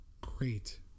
great